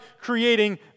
creating